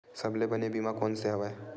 सबले बने बीमा कोन से हवय?